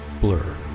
Blur